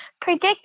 predict